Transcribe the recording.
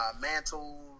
mantle